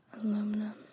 aluminum